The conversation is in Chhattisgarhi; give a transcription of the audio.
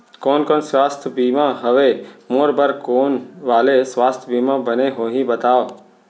कोन कोन स्वास्थ्य बीमा हवे, मोर बर कोन वाले स्वास्थ बीमा बने होही बताव?